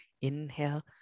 inhale